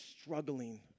struggling